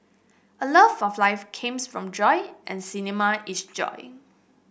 a love of life came from joy and cinema is joy